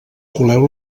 coleu